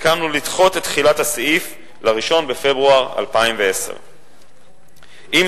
הסכמנו לדחות את תחילת הסעיף ל-1 בפברואר 2011. עם